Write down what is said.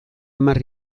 hamar